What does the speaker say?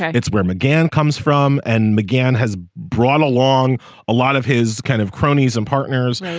yeah it's where mcgann comes from. and mcgann has brought along a lot of his kind of cronies and partners.